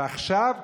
ועכשיו,